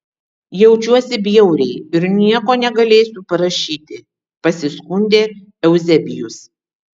jaučiuosi bjauriai ir nieko negalėsiu parašyti pasiskundė euzebijus